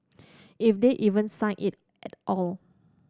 if they even sign it at all